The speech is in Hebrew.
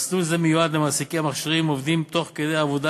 מסלול המיועד למעסיקים המכשירים עובדים תוך כדי עבודה,